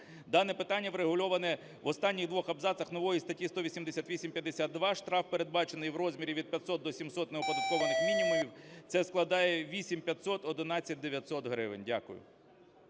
Дане питання врегульоване в останніх двох абзацах нової статті 188-52, штраф передбачений в розмірі від 500 до 700 неоподатковуваних мінімумів, це складає 8500-11900 гривень. Дякую.